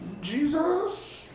Jesus